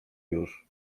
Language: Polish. już